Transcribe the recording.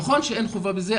נכון שאין חובה בזה,